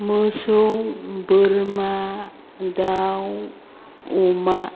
मोसौ बोरमा दाउ अमा